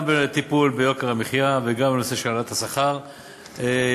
גם בטיפול ביוקר המחיה וגם בנושא של העלאת השכר מתקיים